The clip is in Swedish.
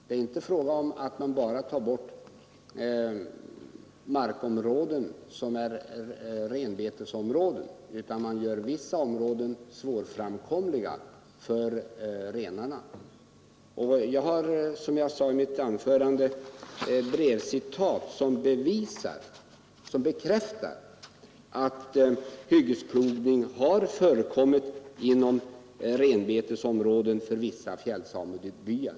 Det är inte bara frågan om att ta bort renbetesområden utan också att göra vissa områden svårframkomliga för renarna. Som jag sade i mitt förra anförande har jag brevcitat som bekräftar att hyggesplöjning har förekommit inom renbetesområden för vissa fjällsamebyar.